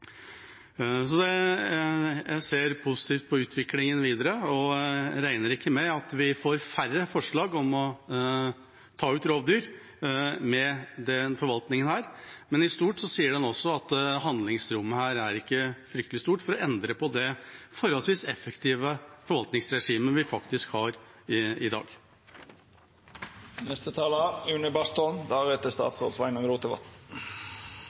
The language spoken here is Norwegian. Jeg ser positivt på utviklingen videre og regner ikke med at vi får færre forslag om å ta ut rovdyr med denne forvaltningen. Men i stort sier en også at handlingsrommet ikke er fryktelig stort for å endre på det forholdsvis effektive forvaltningsregimet vi har i dag. Dette har vært et litt trist halvår for norsk rovdyrforvaltning. I